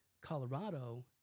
Colorado